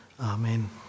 amen